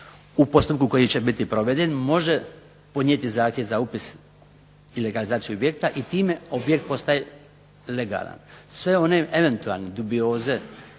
u postupku koji će biti proveden, može podnijeti zahtjev za upis i legalizaciju objekta i time objekt postaje legalan. Sve one eventualne dubioze